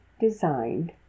designed